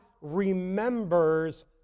remembers